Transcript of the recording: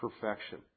perfection